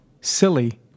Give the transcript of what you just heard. silly